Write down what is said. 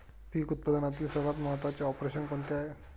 पीक उत्पादनातील सर्वात महत्त्वाचे ऑपरेशन कोणते आहे?